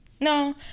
No